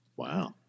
Wow